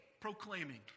proclaiming